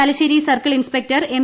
Thalassery circle inspector M